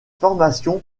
formation